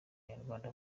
abanyarwanda